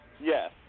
yes